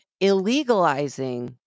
illegalizing